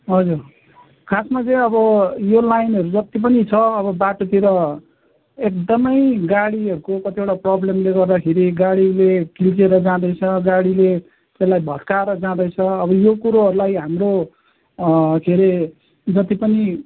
हजुर खासमा चाहिँ अब यो लाइनहरू जति पनि छ अब बाटोतिर एकदमै गाडीहरूको कतिवटा प्रबलमले गर्दाखेरि गाडीले कुल्चिएर जाँदैछ गाडीले त्यसलाई भत्काएर जाँदैछ अब यो कुरोहरूलाई हाम्रो के अरे जति पनि